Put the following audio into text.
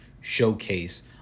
showcase